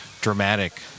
dramatic